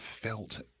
felt